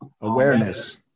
Awareness